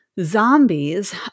zombies